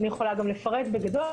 אני יכולה גם לפרט בגדול